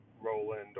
Roland